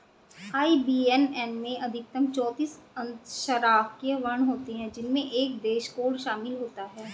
IBAN में अधिकतम चौतीस अक्षरांकीय वर्ण होते हैं जिनमें एक देश कोड शामिल होता है